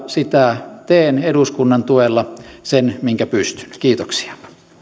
sitä teen eduskunnan tuella sen minkä pystyn kiitoksia